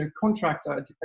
contractor